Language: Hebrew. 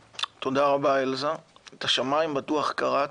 רבה, אלזה, את השמיים בטוח קרעת,